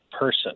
person